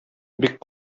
бик